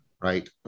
right